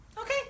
Okay